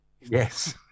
Yes